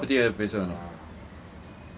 பேச வேணா:peasa weana